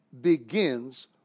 begins